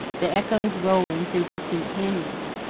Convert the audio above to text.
the echoes rolling through distant canyons.